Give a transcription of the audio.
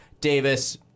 Davis